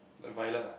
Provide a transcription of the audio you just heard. the violet ah